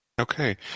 Okay